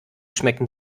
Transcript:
schmecken